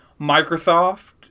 Microsoft